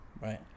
right